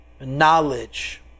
knowledge